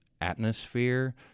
atmosphere